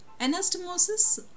Anastomosis